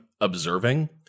observing